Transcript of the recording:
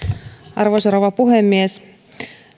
arvoisa rouva puhemies